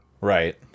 Right